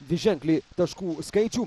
dviženklį taškų skaičių